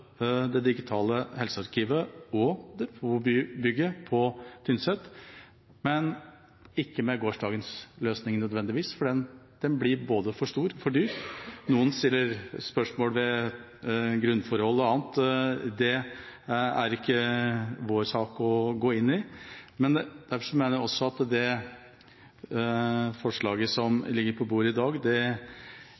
det digitale helsearkivet og depotbygget på Tynset, men ikke nødvendigvis med gårsdagens løsning, for den blir både for stor og for dyr. Noen stiller spørsmål ved grunnforhold og annet – det er det ikke vår sak å gå inn på. Derfor mener jeg at det forslaget som